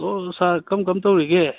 ꯑꯣ ꯁꯥꯔ ꯀꯔꯝ ꯀꯔꯝ ꯇꯧꯔꯤꯒꯦ